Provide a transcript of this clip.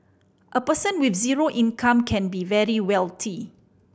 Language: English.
a person with zero income can be very wealthy